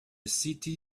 city